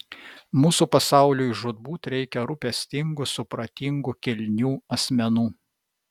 mūsų pasauliui žūtbūt reikia rūpestingų supratingų kilnių asmenų